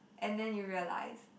and then you realized